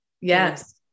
Yes